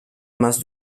más